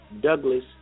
Douglas